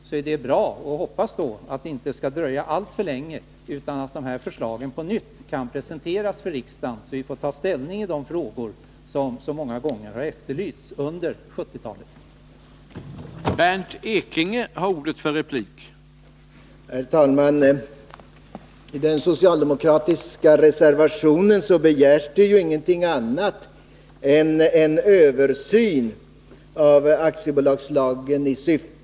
Det är bra, och jag hoppas att det inte skall dröja alltför länge innan dessa förslag på nytt kan presenteras för riksdagen, så att vi kan ta den ställning i dessa frågor som så många gånger under 1970-talet har efterlysts.